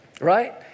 Right